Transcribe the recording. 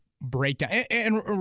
breakdown—and